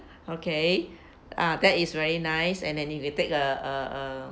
okay ah that is very nice and then if you take a a a